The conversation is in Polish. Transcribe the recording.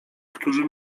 którzy